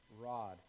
rod